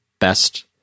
best